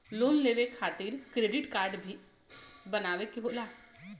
Loan लेवे खातिर credit काडे भी बनवावे के होला?